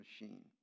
machine